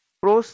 pro